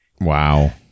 Wow